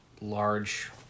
large